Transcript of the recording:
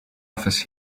office